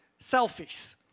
Selfies